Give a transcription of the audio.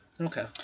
Okay